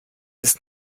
ist